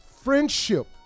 friendship